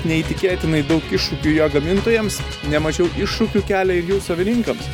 neįtikėtinai daug iššūkių jo gamintojams ne mažiau iššūkių kelia ir jų savininkams